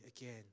again